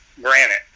granite